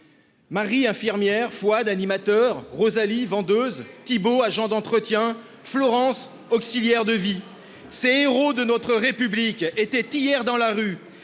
Marie, infirmière, Fouad, animateur, Rosalie, vendeuse, Thibaud, agent d'entretien, Florence, auxiliaire de vie, etc. : ces héros de notre République étaient hier dans la rue,